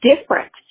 different